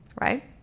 right